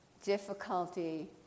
Difficulty